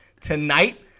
tonight